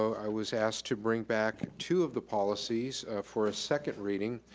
i was asked to bring back two of the policies for a second reading.